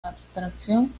abstracción